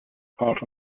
part